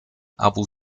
abu